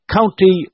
County